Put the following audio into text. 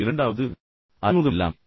இரண்டாவது அறிமுகமில்லாமை